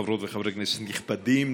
חברות וחברי כנסת נכבדים,